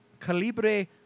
Calibre